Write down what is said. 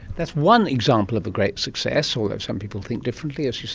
that's one example of a great success, although some people think differently, as you